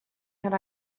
had